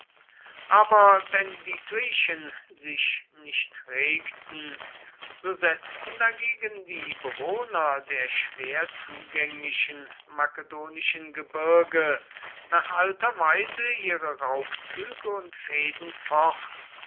aber wenn die griechen sich nicht regten so setzten dagegen die bewohner der schwer zugänglichen makedonischen gebirge nach alter weise ihre raubzüge und fehden fort